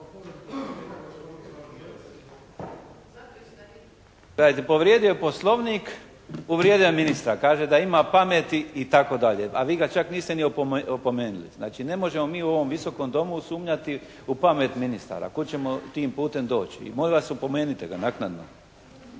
(Nezavisni)** Gledajte, povrijedio je Poslovnik. Uvrijedio je ministra. Kaže: «Da ima pameti» i tako dalje. A vi ga čak niste ni opomenuli. Znači ne možemo mi u ovom visokom Domu sumnjati u pamet ministara. Kud ćemo tim putem doći? I molim vas opomenite ga naknadno.